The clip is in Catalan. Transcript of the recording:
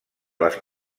les